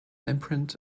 imprint